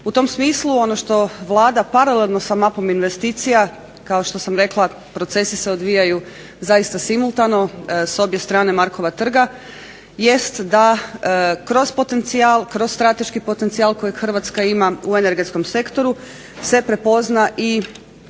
U tom smislu ono što Vlada paralelno sa mapom investicija, kao što sam rekla procesi se odvijaju zaista simultano s obje strane Markova trga, jest da kroz strateški potencijal kojeg Hrvatska ima u energetskom sektoru se prepozna i